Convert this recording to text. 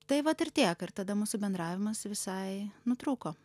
tai vat ir tiek ir tada mūsų bendravimas visai nutrūko